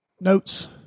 notes